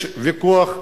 יש ויכוח רב,